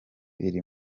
iri